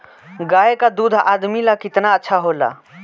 गाय का दूध आदमी ला कितना अच्छा होला?